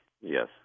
yes